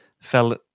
fell